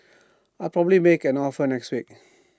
I'll probably make an offer next week